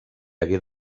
hagué